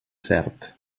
cert